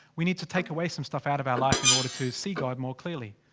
we need to take away some stuff out of our life in order to see god more clearly.